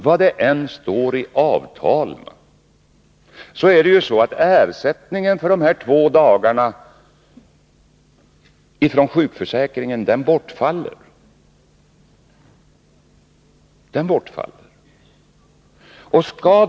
Vad det än står i avtalen, bortfaller ersättningen från sjukförsäkringen för dessa två dagar.